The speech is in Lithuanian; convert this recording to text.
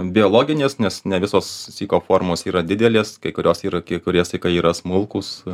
biologinės nes ne visos syko formos yra didelės kai kurios yra kai kurie sykai yra smulkūs